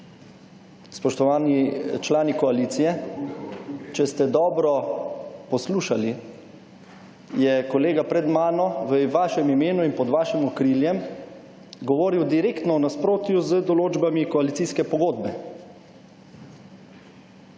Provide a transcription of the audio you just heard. Spoštovani člani koalicije, če ste dobro poslušali, je kolega pred mano v vašem imenu in pod vašim okriljem govoril direktno v nasprotju z določbami koalicijske pogodbe.